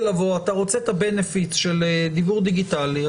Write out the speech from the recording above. אתה רוצה את התועלות של דיוור דיגיטלי,